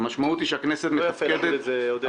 -- לא יפה, עודד.